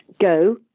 go